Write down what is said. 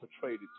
portrayed